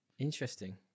Interesting